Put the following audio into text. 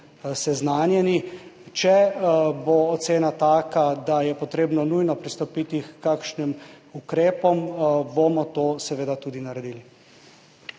seznanjeni. Če bo ocena taka, da je potrebno nujno pristopiti h kakšnim ukrepom, bomo to, seveda, tudi naredili.